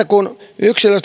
kun